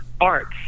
Arts